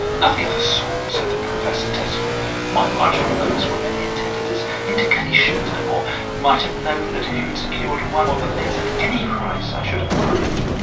nothing of the sort, said the professor, testily my marginal notes were merely intended as indications, no more. you might have known that if you had secured one of the things at any price i should have approved.